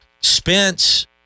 Spence